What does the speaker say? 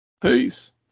peace